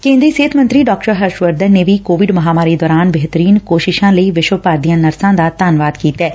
ਕੇ'ਦਰੀ ਸਿਹਤ ਮੰਤਰੀ ਡਾ ਹਰਸ਼ ਵਰਧਨ ਨੇ ਕੋਵਿਡ ਮਹਾਮਾਰੀ ਦੌਰਾਨ ਬਿਹਤਰੀਨ ਕੋਸ਼ਿਸ਼ਾਂ ਲਈ ਵਿਸ਼ਵ ਭਰ ਦੀਆਂ ਨਰਸਾਂ ਦਾ ਧੰਨਵਾਦ ਕੀਤੈ